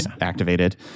activated